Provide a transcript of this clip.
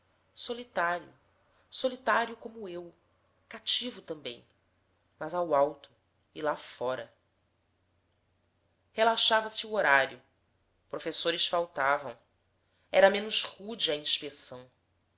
solitário solitário como eu cativo também mas ao alto e lá fora relaxava se o horário professores faltavam era menos rude a inspeção